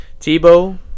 Tebow